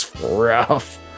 rough